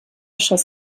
schoss